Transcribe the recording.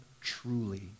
truly